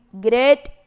great